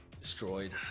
Destroyed